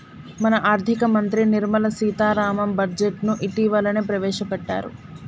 మన ఆర్థిక మంత్రి నిర్మల సీతారామన్ బడ్జెట్ను ఇటీవలనే ప్రవేశపెట్టారు